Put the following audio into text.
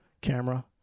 camera